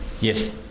Yes